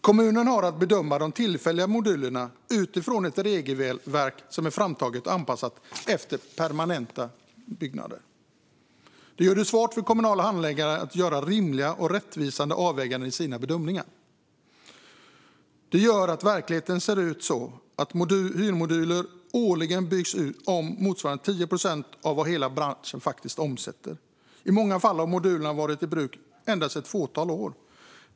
Kommunen har att bedöma de tillfälliga modulerna utifrån ett regelverk som är framtaget och anpassat efter permanenta byggnader. Det gör det svårt för kommunala handläggare att göra rimliga och rättvisande avväganden i sina bedömningar. Det gör att verkligheten ser ut så att hyrmoduler årligen byggs om för motsvarande 10 procent av vad hela branschen faktiskt omsätter. I många fall har modulerna varit i bruk endast ett fåtal år.